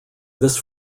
this